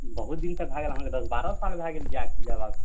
बहुत दिन तक भै गेल दश बारह साल भै गेल जेक जेबाक